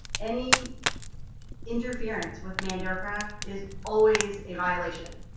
any interference with manned aircraft is always a violation.